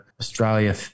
Australia